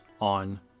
on